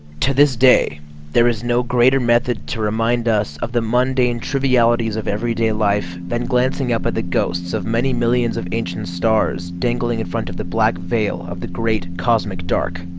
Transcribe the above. to this day there is no greater method to remind us of the mundane trivialities of everyday life than glancing up at the ghosts of many millions of ancient stars dangling in front of the black veil of the great cosmic dark